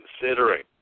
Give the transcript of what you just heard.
considering